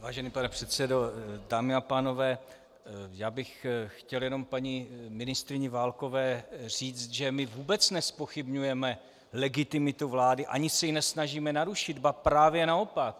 Vážený pane předsedo, dámy a pánové, já bych chtěl jenom paní ministryni Válkové říci, že my vůbec nezpochybňujeme legitimitu vlády ani se ji nesnažíme narušit, ba právě naopak.